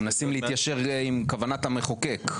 אנחנו מנסים להתיישר עם כוונת המחוקק.